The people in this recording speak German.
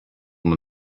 man